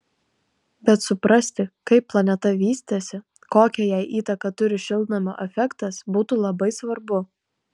bet suprasti kaip planeta vystėsi kokią jai įtaką turi šiltnamio efektas būtų labai svarbu